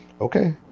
okay